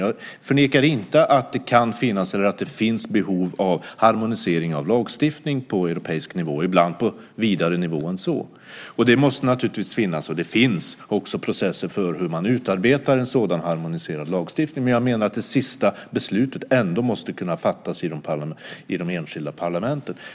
Jag förnekar inte att det finns behov av harmonisering av lagstiftning på europeisk nivå, ibland på vidare nivå än så. Det måste naturligtvis finnas, och det finns också processer för hur man utarbetar en sådan harmoniserad lagstiftning. Men jag menar att det sista beslutet ändå måste kunna fattas i de enskilda parlamenten.